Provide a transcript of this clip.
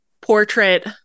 portrait